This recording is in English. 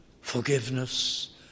forgiveness